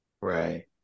Right